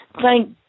Thank